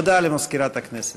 הודעה למזכירת הכנסת.